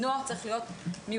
נוער צריך להיות מיוחד.